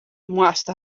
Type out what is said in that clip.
moast